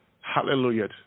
Hallelujah